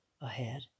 ahead